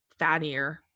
fattier